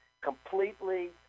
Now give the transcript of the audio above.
completely